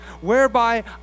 whereby